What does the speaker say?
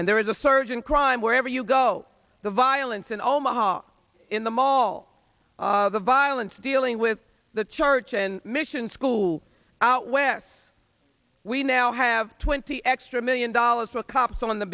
and there is a surge in crime wherever you go the violence in omaha in the mall the violence dealing with the church and mission school out west we now have twenty extra million dollars for cops on the